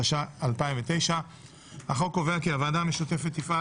התש"ע 2009. החוק קובע כי הוועדה המשותפת תפעל